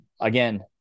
again